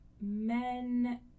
men